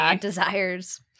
desires